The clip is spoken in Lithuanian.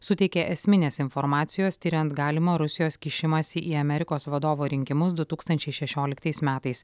suteikė esminės informacijos tiriant galimą rusijos kišimąsi į amerikos vadovo rinkimus du tūkstančiai šešioliktais metais